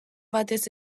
batez